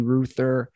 Ruther